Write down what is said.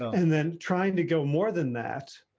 and then trying to go more than that.